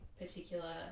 particular